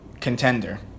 contender